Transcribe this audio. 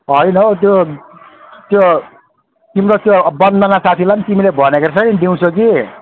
होइन हौ त्यो त्यो तिम्रो त्यो बन्दना साथीलाई पनि तिमीले भनेको रहेछौ नि दिउँसो कि